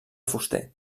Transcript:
fuster